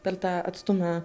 per tą atstumą